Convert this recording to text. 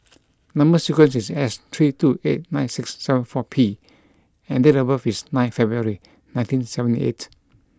number sequence is S three two eight nine six seven four P and date of birth is nine February nineteen seventy eight